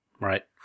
Right